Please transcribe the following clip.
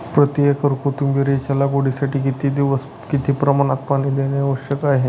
प्रति एकर कोथिंबिरीच्या लागवडीसाठी किती दिवस किती प्रमाणात पाणी देणे आवश्यक आहे?